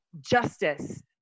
justice